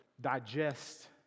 digest